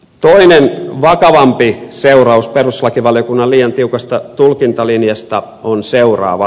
toinen vakavampi seuraus perustuslakivaliokunnan liian tiukasta tulkintalinjasta on seuraava